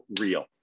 real